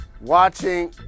watching